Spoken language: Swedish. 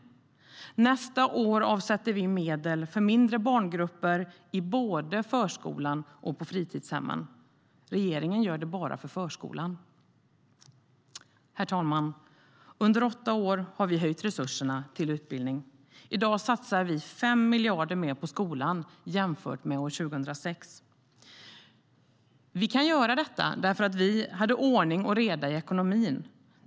Herr talman! Under åtta år har vi ökat resurserna till utbildning. I dag satsar vi 5 miljarder mer på skolan jämfört med 2006. Vi kan göra detta eftersom vi hade ordning och reda i ekonomin.